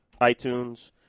iTunes